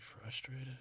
frustrated